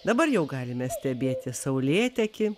dabar jau galime stebėti saulėtekį